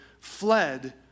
fled